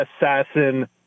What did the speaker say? assassin